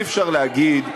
אי-אפשר להגיד,